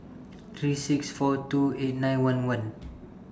three six four two eight nine one one